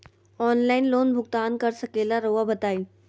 Online loan भुगतान कर सकेला राउआ बताई?